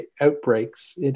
outbreaks